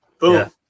Boom